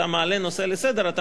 אתה מעלה נושא לסדר-היום,